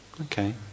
Okay